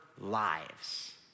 lives